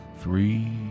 three